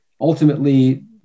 ultimately